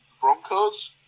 Broncos